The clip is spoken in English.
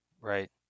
right